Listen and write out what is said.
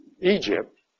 Egypt